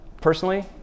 Personally